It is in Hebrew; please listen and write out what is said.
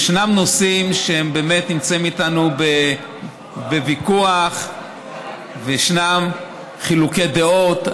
ישנם נושאים שהם באמת נמצאים איתנו בוויכוח וישנם חילוקי דעות.